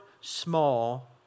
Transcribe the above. small